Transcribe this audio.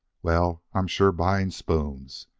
well, i'm sure buying spoons.